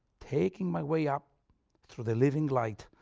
taking my way up through the living light,